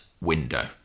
window